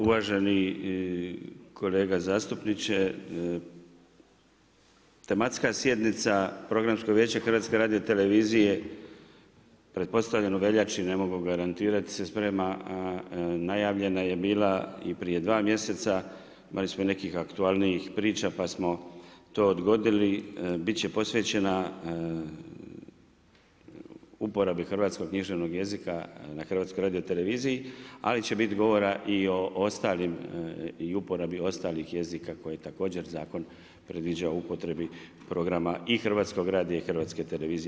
Uvaženi kolega zastupniče, tematska sjednica programskog vijeća HRT-a pretpostavljam u veljači, ne mogu garantirati, se sprema, najavljena je bila i prije 2 mjeseca, imali smo nekih aktualnijih priča, pa smo to odgodili, biti će posvećena uporabe hrvatskog književnog jezika na HRT-u, ali će biti govora i o ostalim, i uporabi ostalih jezika koje je također zakon predviđao u upotrebi programa i hrvatskog radija i hrvatske televizije.